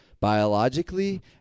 biologically